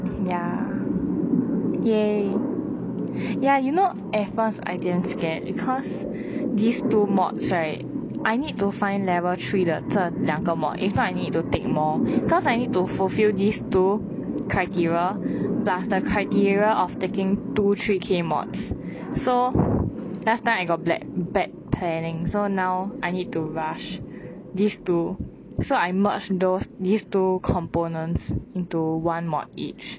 ya !yay! ya you know at first I damn scare because this two mods right I need to find level three 的这两个 mod if not I need to take more cause I need to fulfil these two criteria plus the criteria of taking two tree K mods so last time I got black bad planning so now I need to rush this two so I merch those this two components into one mod each